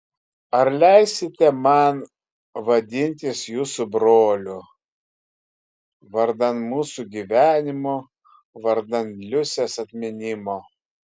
ar leisite man vadintis jūsų broliu vardan mūsų gyvenimo vardan liusės atminimo